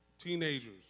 teenagers